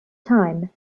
time